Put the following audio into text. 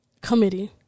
Committee